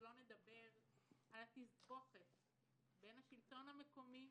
ולא נדבר על התסבוכת בין השלטון המקומי